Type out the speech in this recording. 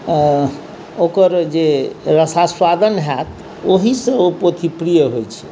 ओकर जे रसास्वादन होयत ओहिसँ ओ पोथी प्रिय होइ छै